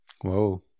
Whoa